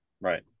Right